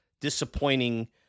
disappointing